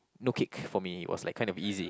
no kick for me was like kind of easy